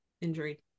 injury